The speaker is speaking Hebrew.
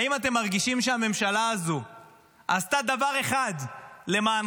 האם אתם מרגישים שהממשלה הזו עשתה דבר אחד למענכם?